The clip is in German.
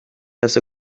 also